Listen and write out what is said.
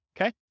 Okay